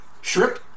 Shrimp